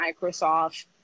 Microsoft